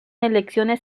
elecciones